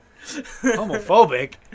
Homophobic